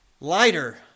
Lighter